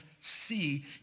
see